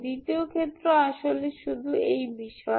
দ্বিতীয় ক্ষেত্র আসলে শুধু এই বিষয়ে